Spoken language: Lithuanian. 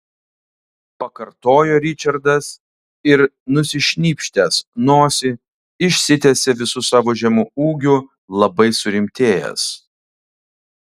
pakartojo ričardas ir nusišnypštęs nosį išsitiesė visu savo žemu ūgiu labai surimtėjęs